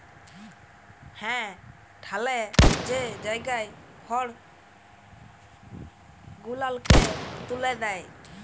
হাঁ ঠ্যালে যে জায়গায় খড় গুলালকে ত্যুলে দেয়